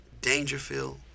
Dangerfield